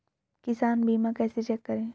किसान बीमा कैसे चेक करें?